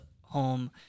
home